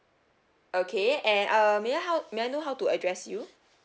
okay and uh may I how may I know how to address you